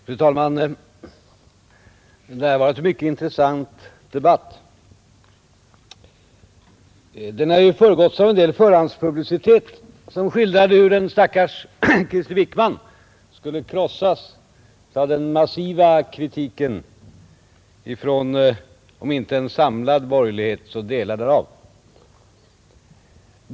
Fru talman! Det här var en mycket intressant debatt. Den har ju föregåtts av en del förhandspublicitet, som skildrade hur den stackars Krister Wickman skulle krossas av den massiva kritiken från om inte en samlad borgerlighet så delar därav.